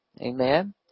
Amen